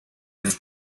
its